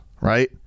right